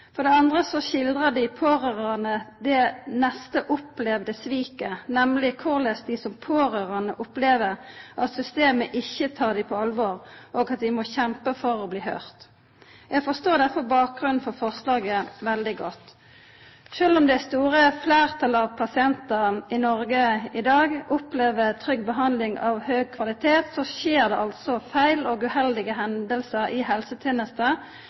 For det andre skildrar dei pårørande det neste opplevde sviket, nemleg korleis dei som pårørande opplever at systemet ikkje tek dei på alvor, og at dei må kjempa for å bli høyrde. Eg forstår derfor bakgrunnen for forslaget veldig godt. Sjølv om det store fleirtalet av pasientar i Noreg i dag opplever trygg behandling av høg kvalitet, skjer det altså feil og uheldige hendingar i